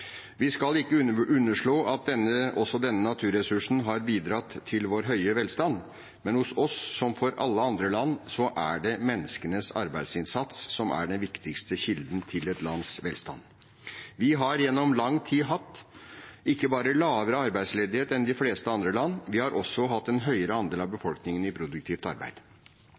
Vi skal ikke underslå at også denne naturressursen har bidratt til vår høye velstand. Men hos oss, som for alle andre land, er det menneskenes arbeidsinnsats som er den viktigste kilden til landets velstand. Vi har gjennom lang tid hatt ikke bare lavere arbeidsledighet enn de fleste andre land, vi har også hatt en høyere andel av befolkningen i produktivt arbeid.